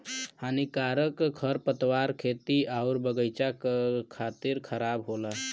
हानिकारक खरपतवार खेती आउर बगईचा क खातिर खराब होला